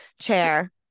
Chair